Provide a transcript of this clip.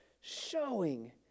showing